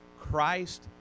Christ